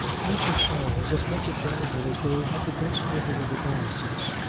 mr. saul is as much a gentleman as though he had the best living in the diocese.